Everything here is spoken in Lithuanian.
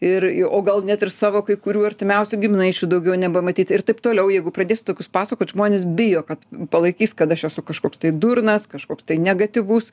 ir o gal net ir savo kai kurių artimiausių giminaičių daugiau nebematyt ir taip toliau jeigu pradėsi tokius pasakot žmonės bijo kad palaikys kad aš esu kažkoks tai durnas kažkoks tai negatyvus